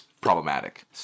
problematic